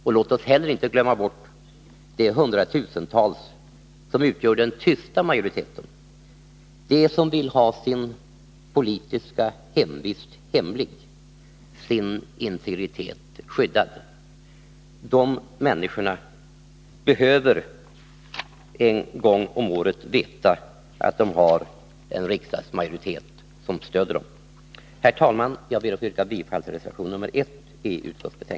Och låt oss inte heller glömma de hundratusentals ; som utgör den tysta majoriteten, som vill ha sin politiska hemvist hemlig, sin integritet skyddad. De människorna behöver en gång om året veta att de har en riksdagsmajoritet som stöder dem. Herr talman! Jag ber att få yrka bifall till reservation 1 i utskottsbetän